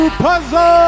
puzzle